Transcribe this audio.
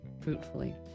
fruitfully